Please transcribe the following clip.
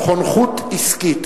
חונכות עסקית.